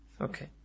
Okay